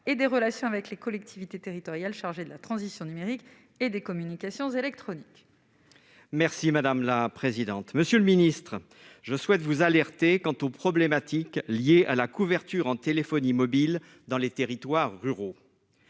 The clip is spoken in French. et des relations avec les collectivités territoriales, chargé de la transition numérique et des communications électroniques. Merci madame la présidente, monsieur le ministre, je souhaite vous alerter quant aux problématiques liées à la couverture en téléphonie mobile dans les territoires ruraux,